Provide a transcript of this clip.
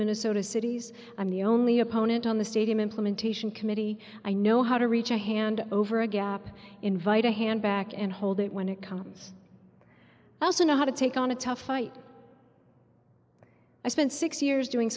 minnesota cities i'm the only opponent on the stadium implementation committee i know how to reach a hand over a gap invite a hand back and hold it when it comes i also know how to take on a tough fight i spent six years doing